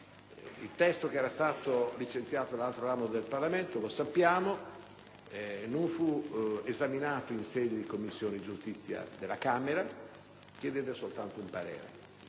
Il testo licenziato dall'altro ramo del Parlamento - lo sappiamo - non fu esaminato in sede di Commissione giustizia della Camera ma sottoposto soltanto ad un parere.